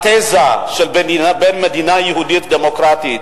בתזה של מדינה יהודית דמוקרטית,